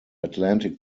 atlantic